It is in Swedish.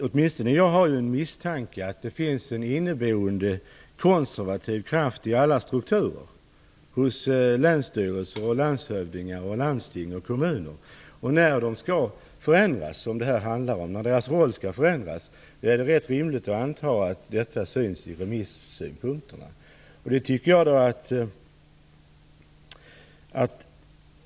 Åtminstone jag har en misstanke om att det finns en inneboende konservativ kraft i alla strukturer, hos länsstyrelser, landshövdingar, landsting och kommuner. När deras roller skall förändras, som det här handlar om, är det rätt rimligt att anta att de återfinns i remissynpunkterna.